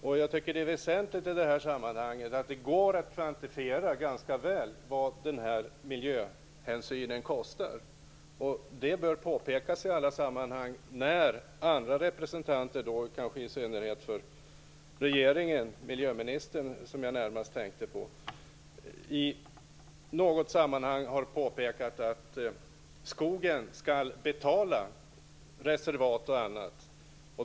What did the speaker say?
Det är i detta sammanhang väsentligt att det går att ganska väl kvantifiera vad miljöhänsynen kostar. Det bör alltid påpekas. Miljöministern har i något sammanhang påpekat att skogen skall betala reservat och annat.